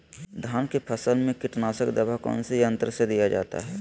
धान की फसल में कीटनाशक दवा कौन सी यंत्र से दिया जाता है?